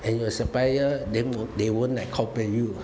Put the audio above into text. and your supplier they won't they won't like complain you